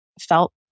felt